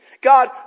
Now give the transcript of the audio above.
God